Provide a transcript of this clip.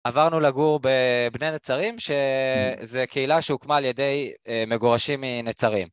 עברנו לגור בבני נצרים, שזו קהילה שהוקמה על ידי מגורשים מנצרים.